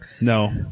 No